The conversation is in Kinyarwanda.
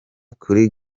kuri